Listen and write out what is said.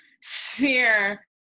sphere